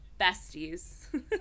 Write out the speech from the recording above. besties